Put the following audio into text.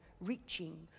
reaching